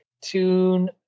tune